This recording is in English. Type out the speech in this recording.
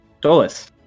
Dolus